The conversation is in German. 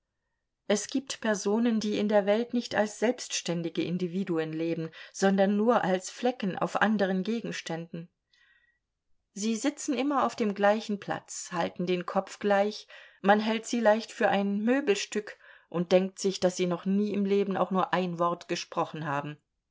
es gibt personen die in der welt nicht als selbständige individuen leben sondern nur als flecken auf anderen gegenständen sie sitzen immer auf dem gleichen platz halten den kopf gleich man hält sie leicht für ein möbelstück und denkt sich daß sie noch nie im leben auch nur ein wort gesprochen haben